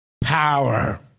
power